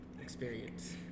experience